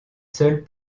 seules